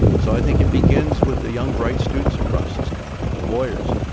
so i think it begins with a young, bright students across this country and the lawyers.